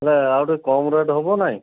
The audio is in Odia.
ନା'ଇଁ ଆଉ ଟିକେ କମ ରେଟ୍ ହେବ ନାହିଁ